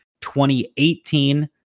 2018